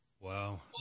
Wow